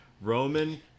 Roman